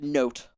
note